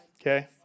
Okay